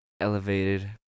Elevated